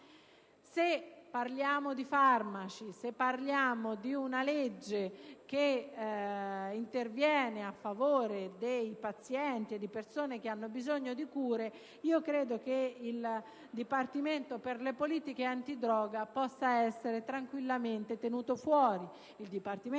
Se parliamo di farmaci, se parliamo di una legge che interviene a favore dei pazienti e di persone che hanno bisogno di cure, credo che il Dipartimento per le politiche antidroga possa essere tranquillamente tenuto fuori.